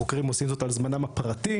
החוקרים עושים זאת על זמנם הפרטי,